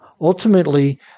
ultimately